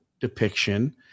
depiction